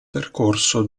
percorso